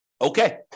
Okay